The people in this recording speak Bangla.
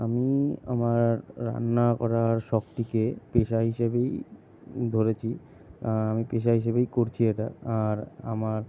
আমি আমার রান্না করার শখটিকে পেশা হিসেবেই ধরেছি আমি পেশা হিসেবেই করছি এটা আর আমার